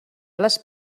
les